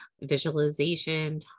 visualization